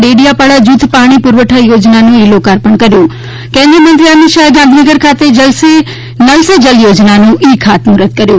ડેડીયાપાડા જૂથ પાણી પુરવઠા યોજનાનું ઈ લોકાર્પણ કર્યું કેન્દ્રીય મંત્રી અમિત શાહે ગાંધીનગર ખાતે નલ સે જલ યોજાનાનું ઈ ખાતમુહર્ત કર્યું